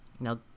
now